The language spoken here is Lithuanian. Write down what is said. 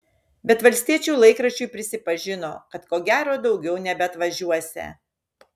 bet valstiečių laikraščiui prisipažino kad ko gero daugiau nebeatvažiuosią